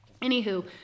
anywho